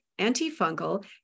antifungal